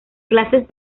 clases